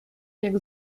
jak